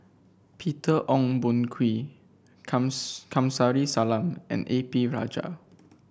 Peter Ong Boon Kwee Kamsari Salam and A P Rajah